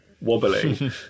wobbling